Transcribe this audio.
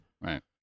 Right